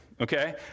Okay